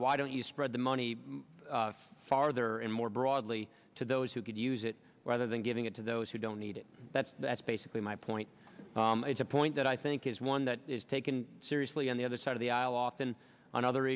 why don't you spread the money farther and more broadly to those who could use it rather than giving it to those who don't need it that's that's basically my point it's a point that i think is one that is taken seriously on the other side of the aisle often on other